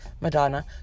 Madonna